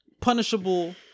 punishable